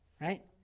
Right